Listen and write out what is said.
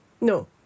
No